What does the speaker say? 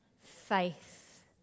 Faith